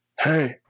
Hey